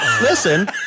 Listen